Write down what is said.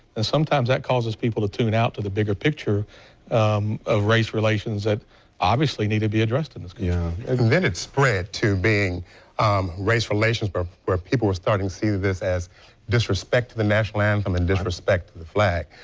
and sometimes that causes people to tune out to the bigger picture of race relations that obviously need to be addressed in this yeah community. and then it spread to being race relations where where people were starting to view this as disrespect to the national anthem and disrespect to the flag.